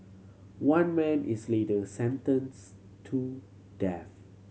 one man is later sentenced to death